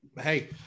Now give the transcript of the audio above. Hey